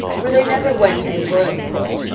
for they never went to the royal court,